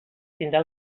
tindrà